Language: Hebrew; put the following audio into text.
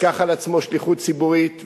ייקח על עצמו שליחות ציבורית,